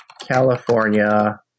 California